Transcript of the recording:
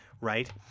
right